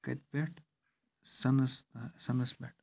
کَتہِ پٮ۪ٹھ سَنَس سَنَس پٮ۪ٹھ